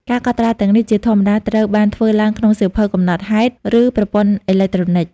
ការកត់ត្រាទាំងនេះជាធម្មតាត្រូវបានធ្វើឡើងក្នុងសៀវភៅកំណត់ហេតុ ឬប្រព័ន្ធអេឡិចត្រូនិក។